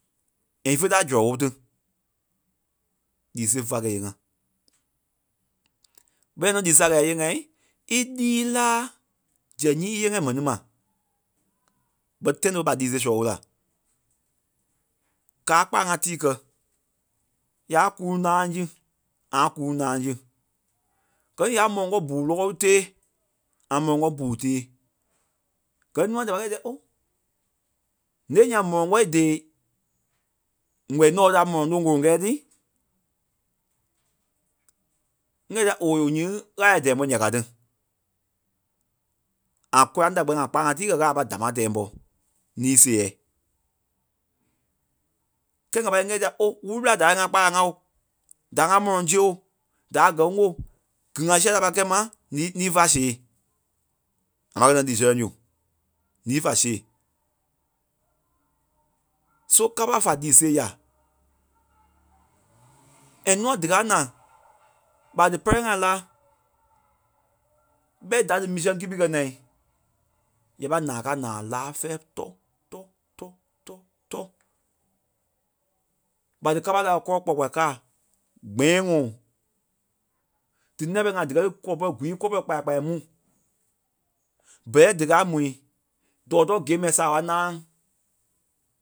ífe tá zɔlɔ ɓó tí lii sêei feai kɛ̂i íyee ŋá. ɓɛ́ nɔ́ lii sêe a na íyee ŋái ílii láa zɛŋ nyíi íyee ŋá m̀ɛni ma tãi nɔ́ ɓé ɓa lii sêe sɔlɔ ɓo la. Kâa kpalâŋ ŋá tii kɛ́ yâa kuluŋ náaŋ sí, ŋâa kuluŋ náaŋ sí. Gɛ̀ ní yâa mɔlɔŋ kɔ̂ŋ buu lɔ́ɔlu tée, ŋâa mɔlɔŋ kɔ̂ŋ puu tèe, gɛ̀ ní nûa da pâi kɛ̂i dîɛ ó! Nêi ǹyaŋ mɔlɔŋ kpɔ́ è tèei ŋɔ̂i nɔ́ ɓe tí a mɔlɔŋ loŋ kuro kɛ́ɛ tí? Nyɛ̂ dîa ôoei yo nyiŋi ɣâla è dɛ̀ɛ ḿbɔi ǹya ká tí. Ã kóraŋ tá kpɛ́ni ŋa kpalâŋ ŋá tii kɛ̀ ɣâla a pâi dámaa tɛɛi ḿbɔ níi sêɛɛi. Kɛ́ ŋa pâi liî nyɛ dîa ó! Wúlu ɓela dâa lí ŋá kpalâŋ ŋáo, dâa ŋá mɔlɔŋ síɣeo, dâa gɛ́ ŋío, gíli ŋa siai tí a pâi kɛ̂i ḿa níi- níi féai sèei. ŋaa pâi kɛ̂i nɔ́ lii sɛlɛŋ su níi fa sèe. So kâpa fa lii sêe yà. And nûa díka na ɓa li dí pɛ́rɛ ŋai lá ɓɛ́i da dí mii sɛŋ kípi kɛ̀ nai ya pâi ǹaa káai ǹaa láa fɛ́ɛ tɔ́, tɔ́, tɔ́, tɔ́, tɔ́. ɓa dí kâpa lâai kɛ́ kɔlɔ kpua kpuai kâa gbɛ̃ɛŋɔɔ dí nîa pɛlɛɛ ŋai díkɛ li kɔlɔ pɛ́rɛ, gwii kɔlɔ pɛrɛ kpaya kpaya ŋai mu bɛ́rɛi díkaa mui dɔ tɔɔ̂ kîe mɛi saaɓa náaŋ.